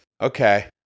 Okay